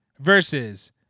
versus